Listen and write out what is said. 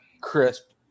crisp